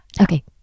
Okay